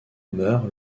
meurt